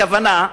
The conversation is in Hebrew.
הכוונה,